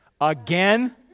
Again